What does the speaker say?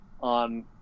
on